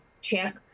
check